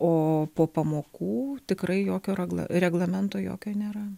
o po pamokų tikrai jokio ragla reglamento jokio nėra